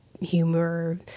humor